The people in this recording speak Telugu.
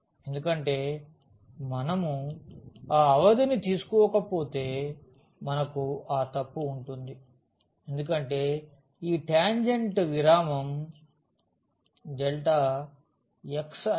ఎందుకంటే మనము ఆ అవధిని తీసుకోకపోతే మనకు ఆ తప్పు ఉంటుంది ఎందుకంటే ఈ టాంజెంట్ విరామం xiలో వక్రతను సూచించదు